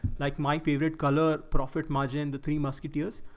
like my favorite color profit margin, the three musketeers.